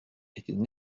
étaient